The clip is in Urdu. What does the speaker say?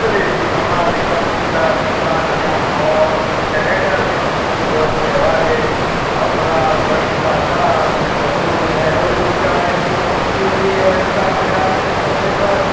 خلیجی ممالک امریکہ برطانیا اور کینیڈا میں اردو بولنے والے افراد بڑی تعداد میں موجود ہیں اردو شاعری موسیقی اور ڈرامے عالمی سطح پر